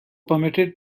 permitted